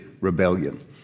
rebellion